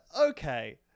Okay